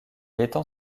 étend